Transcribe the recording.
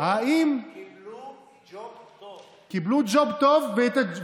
קיבלו ג'וב טוב.